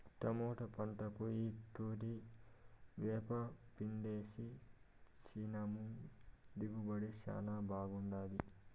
tomato పంటకు ఈ తూరి వేపపిండేసినాము దిగుబడి శానా బాగుండాది